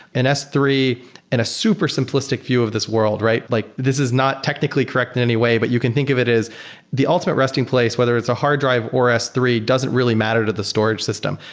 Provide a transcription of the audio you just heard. and s three in a super simplistic view of this world, right? like this is not technically correct in anyway, but you can think of it as the ultimate resting place, whether it's a hard drive or s three, it doesn't really matter to the storage system.